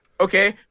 okay